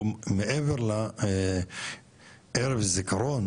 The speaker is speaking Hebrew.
הוא מעבר לערב הזיכרון,